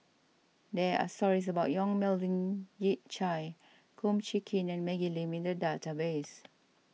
there are stories about Yong Melvin Yik Chye Kum Chee Kin and Maggie Lim in the database